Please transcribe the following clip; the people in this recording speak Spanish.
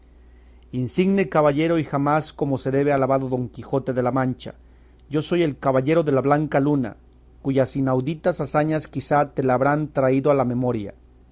insigne caballero y jamás como se debe alabado don quijote de la mancha yo soy el caballero de la blanca luna cuyas inauditas hazañas quizá te le habrán traído a la memoria